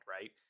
right